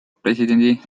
presidendi